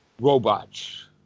robots